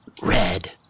Red